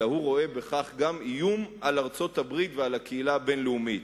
אלא הוא רואה בכך גם איום על ארצות-הברית ועל הקהילה הבין-לאומית.